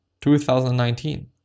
2019